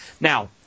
Now